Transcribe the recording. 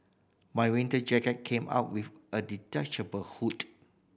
my winter jacket came up with a detachable hood